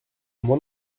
moi